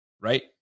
Right